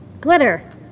Glitter